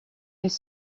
ils